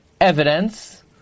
evidence